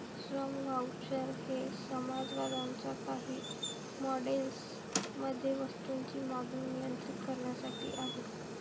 श्रम व्हाउचर हे समाजवादाच्या काही मॉडेल्स मध्ये वस्तूंची मागणी नियंत्रित करण्यासाठी आहेत